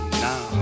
now